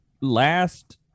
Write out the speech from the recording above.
last